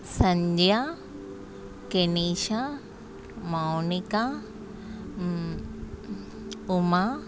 Sandhya Kenisha Mounika Uma